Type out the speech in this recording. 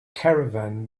caravan